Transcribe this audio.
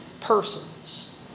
persons